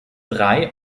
drei